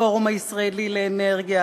הפורום הישראלי לאנרגיה,